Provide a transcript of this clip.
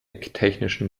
technischen